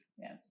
yes